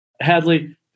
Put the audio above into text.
Hadley